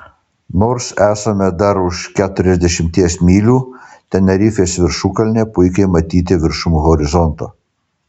nors esame dar už keturiasdešimties mylių tenerifės viršukalnė puikiai matyti viršum horizonto